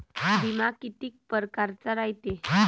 बिमा कितीक परकारचा रायते?